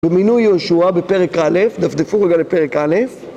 למינוי יהושע בפרק א', דפדפו רגע לפרק א'.